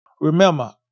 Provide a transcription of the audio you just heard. Remember